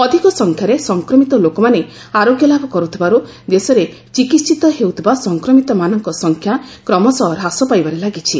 ଅଧିକସଂଖ୍ୟାରେ ସଂକ୍ରମିତ ଲୋକମାନେ ଆରୋଗ୍ୟଲାଭ କର୍ତ୍ତିବାରୁ ଦେଶରେ ଚିକିହିତ ହେଉଥିବା ସଂକ୍ରମିତମାନଙ୍କ ସଂଖ୍ୟା କ୍ରମଶଃ ହ୍ରାସ ପାଇବାରେ ଲାଗିଛି